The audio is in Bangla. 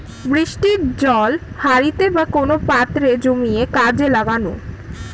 বৃষ্টির জল হাঁড়িতে বা কোন পাত্রে জমিয়ে কাজে লাগানো